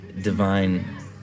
divine